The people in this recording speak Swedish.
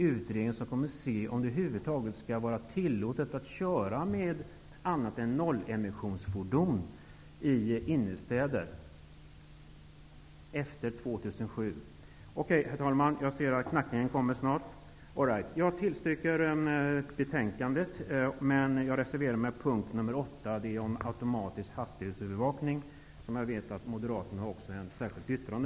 Utredningarna skall undersöka om det över huvud taget skall vara tillåtet att köra med något annat än nollemissionsfordon i innerstäder efter år 2007. Herr talman! Jag yrkar bifall till hemställan i betänkandet men reserverar mig beträffande punkt Jag vet att Moderaterna där har ett särskilt yttrande.